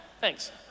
thanks